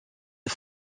est